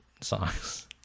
songs